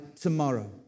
tomorrow